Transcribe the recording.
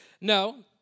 No